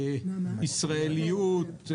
ישראליות?